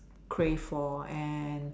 crave for and